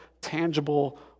tangible